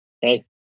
hey